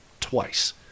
twice